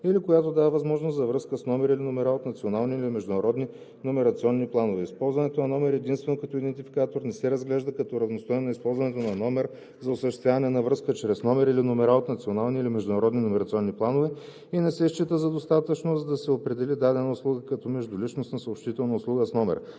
или която дава възможност за връзка с номер или номера от национални или международни номерационни планове. Използването на номер единствено като идентификатор не се разглежда като равностойно на използването на номер за осъществяване на връзка чрез номер или номера от национални или международни номерационни планове и не се счита за достатъчно, за да се определи дадена услуга като междуличностна съобщителна услуга с номер.